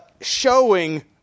Showing